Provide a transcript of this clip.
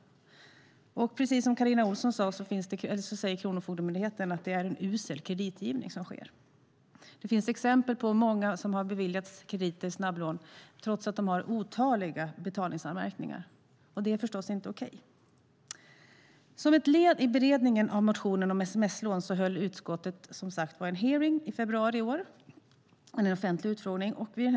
Precis som Carina Ohlsson sade säger Kronofogdemyndigheten att det är en usel kreditgivning som sker. Det finns exempel på många som har beviljats krediter och snabblån trots att de har otaliga betalningsanmärkningar, och det är förstås inte okej. Som ett led i beredningen av motionerna om sms-lån höll utskottet som sagt en hearing, en offentlig utfrågning, i februari i år.